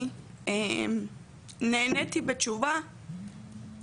זה טכנולוגי, אין לנו יותר מידיי מה לעשות עם זה.